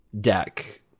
deck